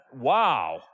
wow